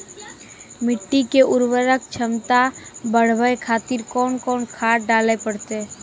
मिट्टी के उर्वरक छमता बढबय खातिर कोंन कोंन खाद डाले परतै?